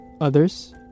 Others